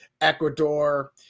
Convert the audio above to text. Ecuador